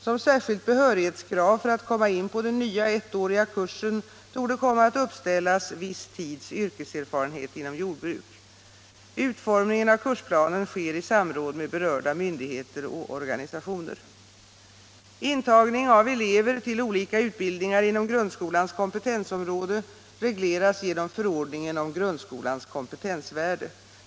Som särskilt behörighetskrav för att komma in på den nya ettåriga kursen torde komma att uppställas viss tids yrkeserfarenhet inom jordbruk. Utformningen av kursplanen sker i samråd med berörda myndigheter och organisationer. Intagning av elever till olika utbildningar inom grundskolans kompetensområde regleras genom förordningen om grundskolans kompetensvärde.